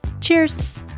Cheers